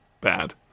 bad